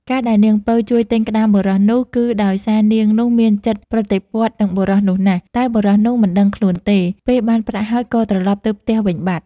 ការដែលនាងពៅជួយទិញក្ដាមបុរសនោះ គឺដោយសារនាងនោះមានចិត្តប្រតិព័ទ្ធនឹងបុរសនោះណាស់ តែបុរសនោះមិនដឹងខ្លួនទេ ពេលបានប្រាក់ហើយក៏ត្រឡប់ទៅផ្ទះវិញបាត់។